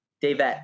David